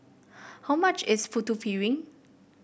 how much is Putu Piring